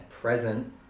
present